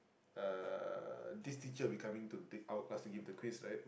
uh this teacher becoming to dig our class to give the quiz right